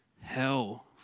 Hell